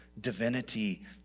divinity